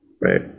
right